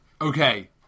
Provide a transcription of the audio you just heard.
Okay